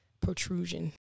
protrusion